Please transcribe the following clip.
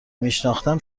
میشناختم